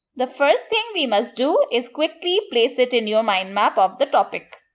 the first thing we must do is quickly place it in your mind map of the topic.